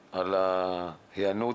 לגמרי.